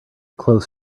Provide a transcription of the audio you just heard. close